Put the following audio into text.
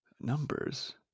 numbers